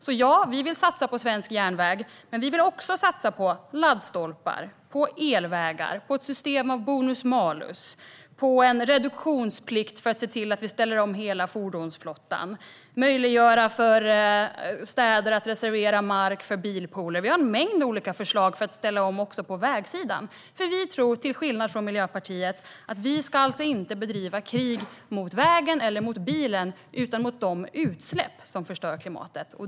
Så ja, vi vill satsa på svensk järnväg. Men vi vill också satsa på laddstolpar, elvägar, ett system med bonus-malus och en reduktionsplikt för att se till att vi ställer om hela fordonsflottan. Vi vill möjliggöra för städer att reservera mark för bilpooler. Vi har en mängd olika förslag för att ställa om också på vägsidan. Vi tror, till skillnad från Miljöpartiet, att vi inte ska bedriva krig mot vägen eller mot bilen utan mot de utsläpp som förstör klimatet.